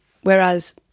Whereas